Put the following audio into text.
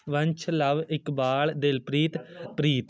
Vansh Luv Iqbal Dilpreet Preet